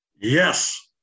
Yes